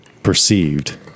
Perceived